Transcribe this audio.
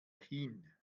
hin